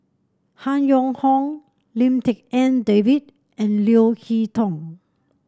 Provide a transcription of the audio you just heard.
Han Yong Hong Lim Tik En David and Leo Hee Tong